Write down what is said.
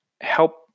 help